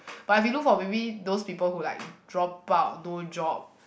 but if you look for maybe those people who like drop out no job